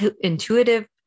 intuitive